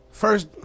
First